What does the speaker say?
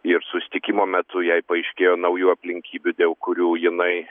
ir susitikimo metu jai paaiškėjo naujų aplinkybių dėl kurių jinai